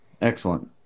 Excellent